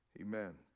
Amen